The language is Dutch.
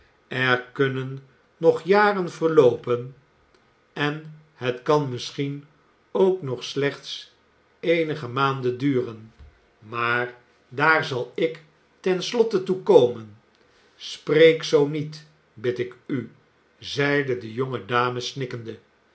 er kunnen nog jaren verloopen en het kan misschien ook nog slechts eenige maanden duren maar daar zal ik ten slotre toe jcomen spreek zoo niet bid ik u zeide de